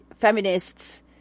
feminists